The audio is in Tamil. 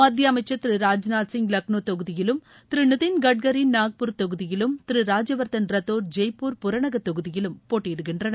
மத்திய அமைச்சர் திரு ராஜ்நாத் சிங் லக்னோ தொகுதியிலும் திரு நிதின் கட்கரி நாக்பூர் தொகுதியிலும் திரு ராஜ்யவர்தன் ரத்தோர் ஜெய்ப்பூர் புறநகர் தொகுதியிலும் போட்டியிடுகின்றனர்